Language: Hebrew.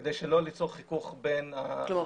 כדי שלא ליצור חיכוך בין המתנדבים לבין ה --- כלומר